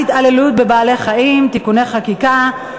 התעללות בבעלי-חיים (תיקוני חקיקה),